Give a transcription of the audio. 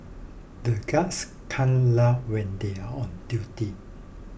the guards can't laugh when they are on duty